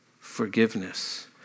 forgiveness